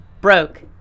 broke